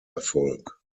erfolg